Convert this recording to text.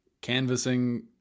canvassing